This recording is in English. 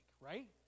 right